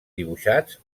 dibuixats